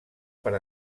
per